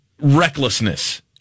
recklessness